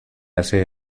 hacer